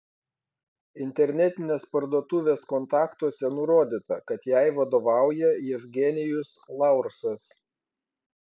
internetinės parduotuvės kontaktuose nurodyta kad jai vadovauja jevgenijus laursas